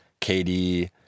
KD